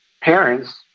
parents